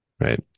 right